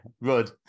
Rud